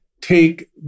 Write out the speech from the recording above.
take